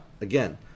Again